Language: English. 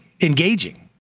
engaging